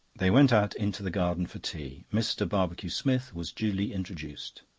they went out into the garden for tea. mr. barbecue-smith was duly introduced.